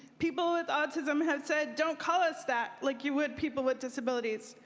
people with autism have said don't call us that, like you would people with disabilities.